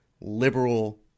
liberal